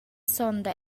sonda